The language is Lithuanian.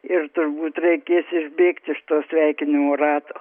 ir turbūt reikės išbėgt iš to sveikinimo rato